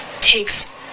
takes